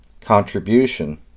contribution